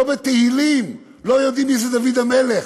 לא בתהילים, לא יודעים מי זה דוד המלך.